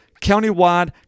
countywide